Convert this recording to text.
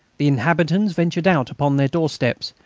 the inhabitants ventured out upon their doorsteps,